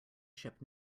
ship